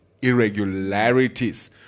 irregularities